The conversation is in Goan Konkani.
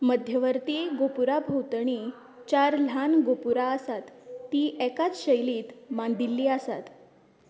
मध्यवर्ती गोपुरा भोंवतणी चार ल्हान गोपुरा आसात तीं एकाच शैलीत मांडिल्ली आसात